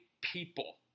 people